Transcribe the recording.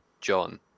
John